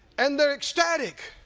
and they're ecstatic,